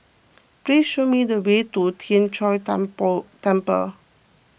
please show me the way to Tien Chor Temple Temple